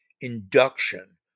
induction